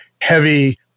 heavy